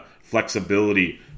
flexibility